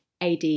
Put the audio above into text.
AD